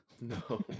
No